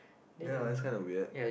ya that's kind of weird